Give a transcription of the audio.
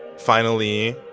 finally,